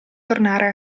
tornare